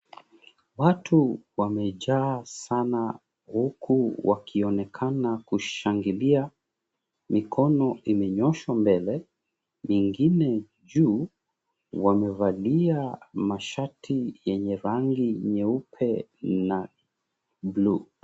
Watu wamejaa sana huku wakionekana kushangilia. Mikono imenyoshwa mbele mingine juu, wamevalia mashati yenye rangi nyeupe na blue .